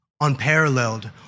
unparalleled